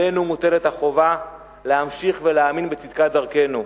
עלינו מוטלת החובה להמשיך ולהאמין בצדקת דרכנו.